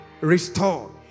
restore